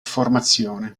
formazione